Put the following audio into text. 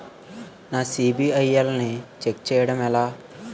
నా సిబిఐఎల్ ని ఛెక్ చేయడం ఎలా?